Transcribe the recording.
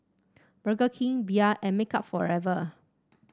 Burger King Bia and Makeup Forever